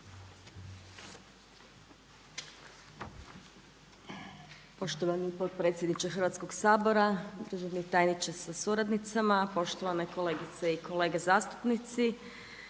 Poštovani potpredsjedniče Hrvatskog sabora, državni tajniče sa suradnicama, poštovane kolegice i kolege zastupnici